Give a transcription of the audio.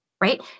right